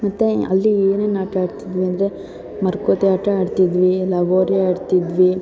ಮತ್ತು ಅಲ್ಲಿ ಏನೇನು ಆಟ ಆಡ್ತಿದ್ವಿ ಅಂದರೆ ಮರಕೋತಿ ಆಟ ಆಡ್ತಿದ್ವಿ ಲಗೋರಿ ಆಡ್ತಿದ್ವಿ